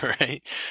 right